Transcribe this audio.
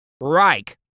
Reich